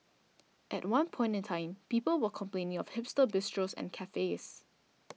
at one point in time people were complaining of hipster bistros and cafes